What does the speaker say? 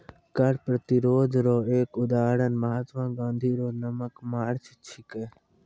कर प्रतिरोध रो एक उदहारण महात्मा गाँधी रो नामक मार्च छिकै